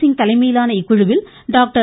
சிங் தலைமையிலான இக்குழுவில் டாக்டர்